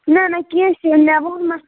نہ نہ کیٚنٛہہ چھُنہٕ مےٚ ووٚن مَکھ